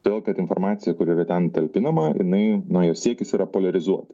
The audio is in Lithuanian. todėl kad informacija kuri yra ten talpinama jinai na jos siekis yra poliarizuot